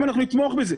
אם אנחנו נתמוך בזה.